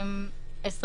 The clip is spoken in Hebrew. ב- (23)